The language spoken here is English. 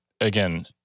again